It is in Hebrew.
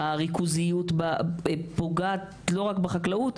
הריכוזיות פוגעת לא רק בחקלאות,